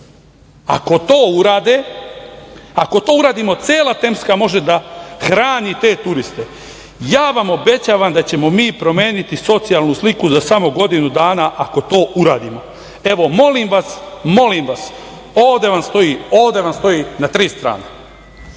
se razumemo, ako to uradimo cela Temska može da hrani te turiste, ja vam obećavam da ćemo mi promeniti socijalnu sliku za samo godinu dana ako to uradimo. Evo, molim vas, molim vas, ovde vam stoji, ovde vam stoji na tri strane.